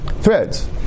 threads